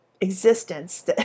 Existence